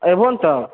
एबहु ने तऽ